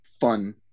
fun